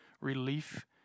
relief